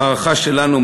בהערכה שלנו,